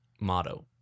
motto